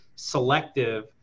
selective